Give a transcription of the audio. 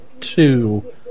two